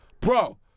bro